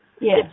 Yes